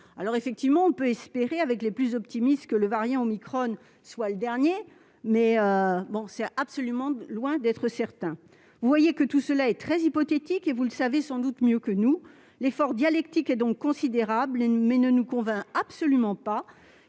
virus ? On peut certes espérer, avec les plus optimistes, que le variant omicron sera le dernier, mais c'est loin d'être certain. Bref, tout cela est hypothétique et vous le savez sans doute mieux que nous. L'effort dialectique est donc considérable, mais il ne nous convainc absolument pas.